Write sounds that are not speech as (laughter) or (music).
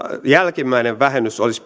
jälkimmäinen vähennys olisi (unintelligible)